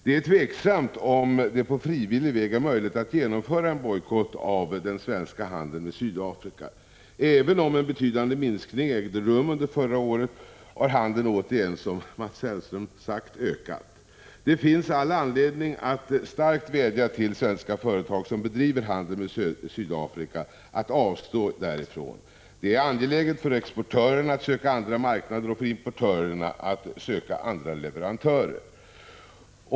Det är tveksamt om det på frivillig väg är möjligt att genomföra en bojkott av den svenska handeln med Sydafrika. Även om en betydande minskning ägde rum under förra året, har handeln återigen, som Mats Hellström sagt, ökat. Det finns all anledning att starkt vädja till svenska företag, som bedriver handel med Sydafrika, att avstå därifrån. Det är angeläget för exportörerna att söka andra marknader och för importörerna att söka andra leverantörer.